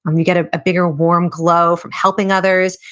um you get a bigger warm glow from helping others,